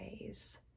ways